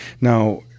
now